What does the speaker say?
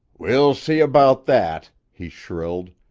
we'll see about that, he shrilled.